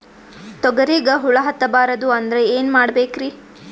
ತೊಗರಿಗ ಹುಳ ಹತ್ತಬಾರದು ಅಂದ್ರ ಏನ್ ಮಾಡಬೇಕ್ರಿ?